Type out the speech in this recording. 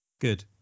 Good